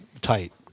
tight